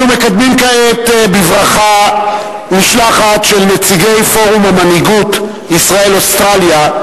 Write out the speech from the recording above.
אנחנו מקדמים כעת בברכה משלחת של נציגי פורום המנהיגות ישראל אוסטרליה,